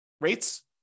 rates